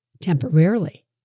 temporarily